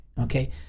okay